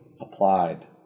applied